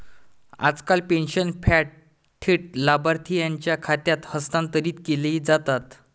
आजकाल pension fund थेट लाभार्थीच्या खात्यात हस्तांतरित केले जातात